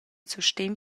sustegn